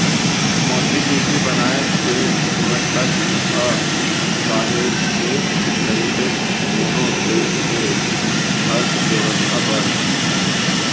मौद्रिक नीति बनाए के महत्ता ह काहेच के रहिथे कोनो देस के अर्थबेवस्था बर